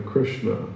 Krishna